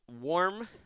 warm